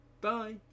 bye